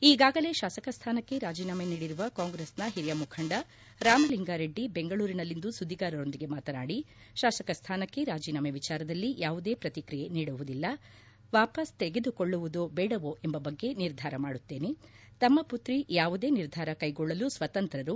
ಈಗಾಗಲೇ ಶಾಸಕ ಸ್ಥಾನಕ್ಕೆ ರಾಜೀನಾಮೆ ನೀಡಿರುವ ಕಾಂಗ್ರೆಸ್ನ ಹಿರಿಯ ಮುಖಂಡ ರಾಮಲಿಂಗರೆಡ್ಡಿ ಬೆಂಗಳೂರಿನಲ್ಲಿಂದು ಸುದ್ದಿಗಾರರೊಂದಿಗೆ ಮಾತನಾಡಿ ಶಾಸಕ ಸ್ಥಾನಕ್ಕೆ ರಾಜೀನಾಮೆ ವಿಚಾರದಲ್ಲಿ ಯಾವುದೇ ಪ್ರತಿಕ್ರಿಯೆ ನೀಡುವುದಿಲ್ಲ ತಮ್ಮ ರಾಜೀನಾಮೆ ವಾಪಾಸ್ ತೆಗೆದುಕೊಳ್ಳುವುದೇ ಬೇಡವೇ ಎಂಬ ಬಗ್ಗೆ ನಿರ್ದಾರ ಮಾಡುತ್ತೆನೆ ತಮ್ಮ ಪುತ್ರಿ ಯಾವುದೇ ನಿರ್ಧಾರ ಕೈಗೊಳ್ಳಲು ಸ್ವತಂತ್ರರು